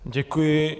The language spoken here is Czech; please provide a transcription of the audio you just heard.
Děkuji.